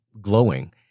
glowing